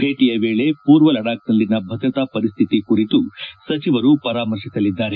ಭೇಟಿಯ ವೇಳೆ ಪೂರ್ವ ಲಡಾಖ್ನಲ್ಲಿನ ಭದ್ರತಾ ಪರಿಸ್ಥಿತಿ ಕುರಿತು ಸಚಿವರು ಪರಾಮರ್ಶಿಸಲಿದ್ದಾರೆ